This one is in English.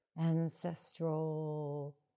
ancestral